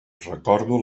recordo